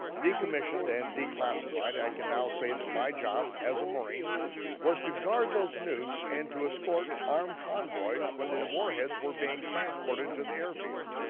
decommissioned and declassified, i can now say that my job as a marine was to guard those nukes and to escort armed convoys when the warheads were being transported to the airfield.